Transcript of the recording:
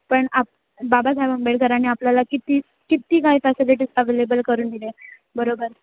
पण आप बाबासाहेब आंबेडकरांनी आपल्याला किती किती काही फॅसिलिटीज अव्हेलेबल करून दिले बरोबर